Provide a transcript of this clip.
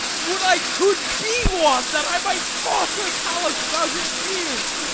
would i could be one, that i might toss her palace about her ears,